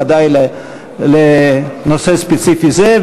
ודאי לנושא ספציפי זה,